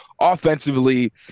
Offensively